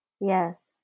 Yes